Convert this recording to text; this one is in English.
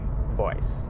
voice